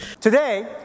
Today